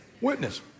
Witness